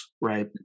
right